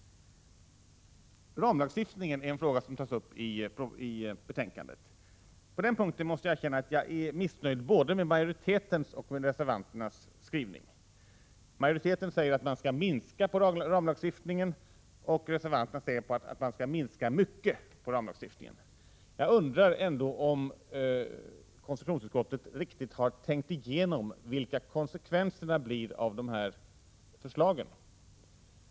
Ramlagstiftningen är också en fråga som tas upp i betänkandet. På den punkten måste jag erkänna att jag är missnöjd med såväl majoritetens som reservanternas skrivning. Majoriteten säger att man skall minska på ramlagstiftningen, och reservanterna säger att man skall minska mycket på denna lagstiftning. Jag undrar om konstitutionsutskottet riktigt har tänkt igenom vilka konsekvenserna av förslagen blir.